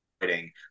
writing